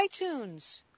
iTunes